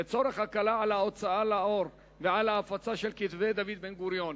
לצורך הקלה על ההוצאה לאור ועל ההפצה של כתבי דוד בן-גוריון.